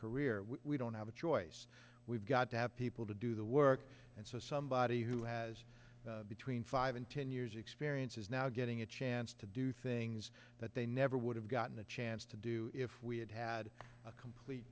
career we don't have a choice we've got to have people to do the work and so somebody who has between five and ten years experience is now getting a chance to do things that they never would have gotten the chance to do if we had had a complete